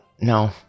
No